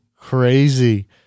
Crazy